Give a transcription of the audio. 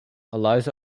eliza